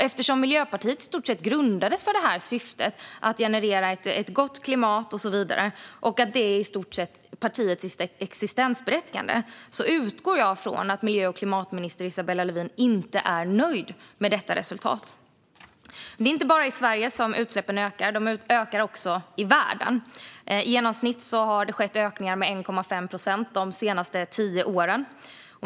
Eftersom Miljöpartiet i stort sett grundades i syfte att generera ett gott klimat och så vidare och det i stort sett hänger samman med partiets existensberättigande utgår jag från att miljö och klimatminister Isabella Lövin inte är nöjd med detta resultat. Det är inte bara i Sverige som utsläppen ökar. De ökar också i världen. I genomsnitt har det skett en ökning med 1,5 procent de senaste tio åren.